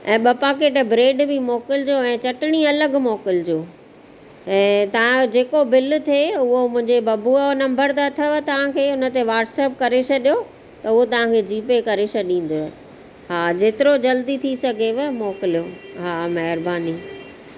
ऐं ॿ packet bread बि मोकिलिजो ऐं चटणी अलॻि मोकिलिजो ऐं तव्हां जेको बिल थिए उहो मुंहिंजे बबूअ नंबर त अथव तव्हांखे हुन ते वाट्सएप करे छॾियो त उहो तव्हांखे जी पे करे छॾिंदव हा जेतिरो जल्दी थी सघेव मोकिलियो हा महिरबानी